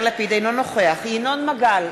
אינו נוכח ינון מגל,